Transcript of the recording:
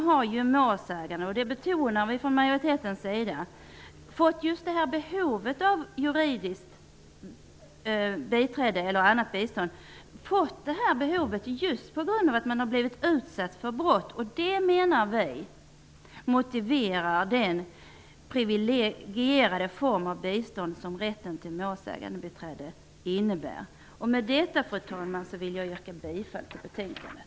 Vi från majoritetens sida betonar att målsägande fått ett behov av ett juridiskt biträde eller annat bistånd just på grund av att denna har blivit utsatt för brott. Vi menar att det motiverar den priviligierade form av bistånd som rätten till målsägandebiträde innebär. Fru talman! Jag yrkar bifall till utskottets hemställan i betänkandet.